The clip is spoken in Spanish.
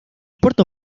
puerto